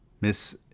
Miss